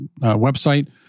website